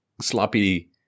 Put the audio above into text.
sloppy